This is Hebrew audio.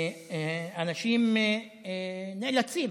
אנשים נאלצים